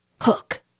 Hook